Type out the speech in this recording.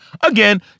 Again